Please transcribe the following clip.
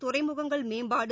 துறைமுகங்கள் மேம்பாடு